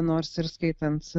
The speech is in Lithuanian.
nors ir skaitant